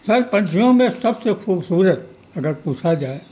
سر پنچھیوں میں سب سے خوبصورت اگر پوچھا جائے